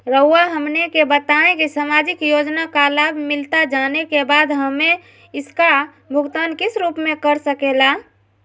रहुआ हमने का बताएं की समाजिक योजना का लाभ मिलता जाने के बाद हमें इसका भुगतान किस रूप में कर सके ला?